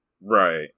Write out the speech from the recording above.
Right